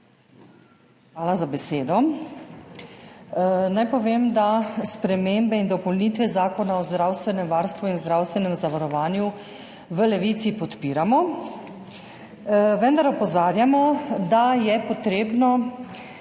Hvala za besedo. Naj povem, da spremembe in dopolnitve Zakona o zdravstvenem varstvu in zdravstvenem zavarovanju v Levici podpiramo, vendar opozarjamo, da je treba